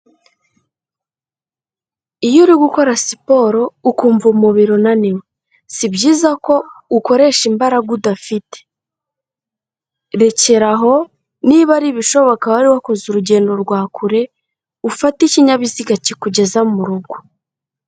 Iyo uri gukora siporo ukumva umubiri unaniwe, si byiza ko ukoresha imbaraga udafite, rekera aho niba ari ibishoboka wari wakoze urugendo rwa kure, ufatate ikinyabiziga kikugeza mu rugo.